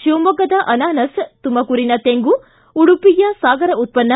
ಶಿವಮೊಗ್ಗದ ಅನಾನಸ್ ತುಮಕೂರಿನ ತೆಂಗು ಉಡುಪಿಯ ಸಾಗರ ಉತ್ಪನ್ನ